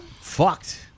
Fucked